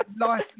life